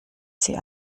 sie